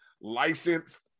licensed